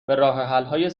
راهحلهای